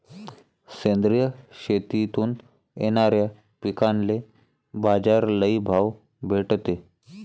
सेंद्रिय शेतीतून येनाऱ्या पिकांले बाजार लई भाव भेटते